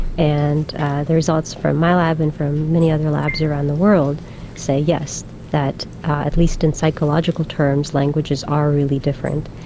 and the results from my lab and from many other labs around the world say yes, that at least in psychological terms languages are really different.